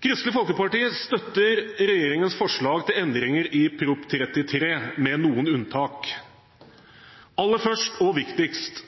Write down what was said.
Kristelig Folkeparti støtter regjeringens forslag til endringer i Prop. 33 L, med noen unntak, aller først og viktigst